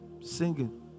singing